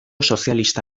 sozialista